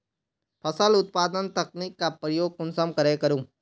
फसल उत्पादन तकनीक का प्रयोग कुंसम करे करूम?